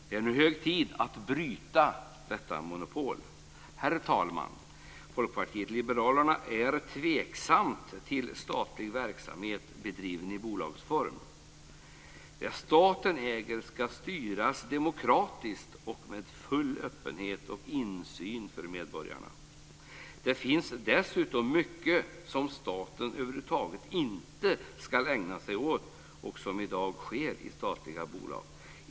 Det är nu hög tid att bryta detta monopol. Herr talman! Folkpartiet liberalerna är tveksamt till statlig verksamhet bedriven i bolagsform. Det staten äger ska styras demokratiskt och med full öppenhet och insyn för medborgarna. Det finns dessutom mycket som staten över huvud taget inte ska ägna sig åt och som i dag sker i statliga bolag.